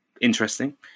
interesting